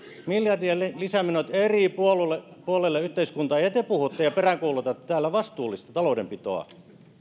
miljardien lisämenot eri puolille yhteiskuntaa ja ja te puhutte ja peräänkuulutatte täällä vastuullista taloudenpitoa